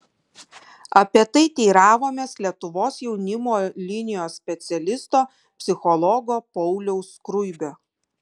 apie tai teiravomės lietuvos jaunimo linijos specialisto psichologo pauliaus skruibio